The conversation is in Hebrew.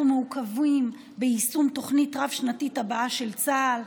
אנחנו מעוכבים ביישום התוכנית הרב-שנתית הבאה של צה"ל,